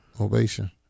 ovation